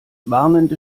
warnende